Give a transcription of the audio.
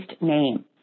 name